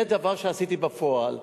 זה דבר שעשיתי בפועל.